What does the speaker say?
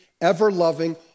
ever-loving